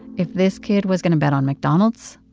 if this kid was going to bet on mcdonald's,